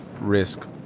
risk